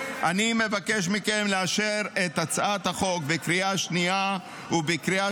אני מבקש מכם לאשר את הצעת החוק בקריאה שנייה ובקריאה